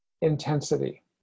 intensity